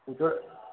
পুজোর